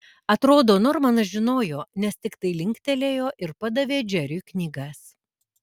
atrodo normanas žinojo nes tiktai linktelėjo ir padavė džeriui knygas